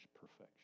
perfection